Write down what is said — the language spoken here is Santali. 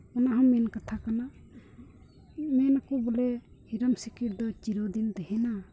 ᱚᱱᱟ ᱦᱚᱸ ᱢᱮᱱ ᱠᱟᱛᱷᱟ ᱠᱟᱱᱟ ᱢᱮᱱ ᱟᱠᱚ ᱵᱚᱞᱮ ᱦᱤᱨᱚᱢ ᱥᱤᱠᱤᱲ ᱫᱚ ᱪᱤᱨᱚ ᱫᱤᱱ ᱛᱟᱦᱮᱱᱟ